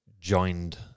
joined